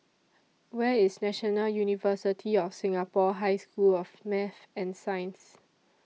Where IS National University of Singapore High School of Math and Science